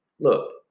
Look